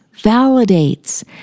validates